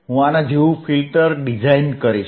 હું આના જેવું ફિલ્ટર ડિઝાઈન કરીશ